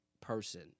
person